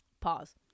Pause